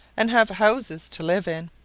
and have houses to live in.